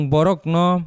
Borokno